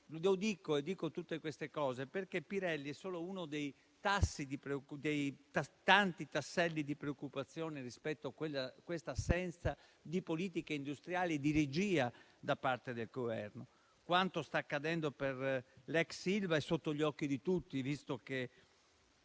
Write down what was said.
sociale. Dico tutte queste cose perché Pirelli è solo uno dei tanti tasselli di preoccupazione rispetto a quest'assenza di politiche industriali e di regia da parte del Governo. Quanto sta accadendo per l'ex Ilva è sotto gli occhi di tutti, visto che